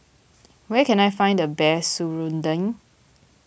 where can I find the best Serunding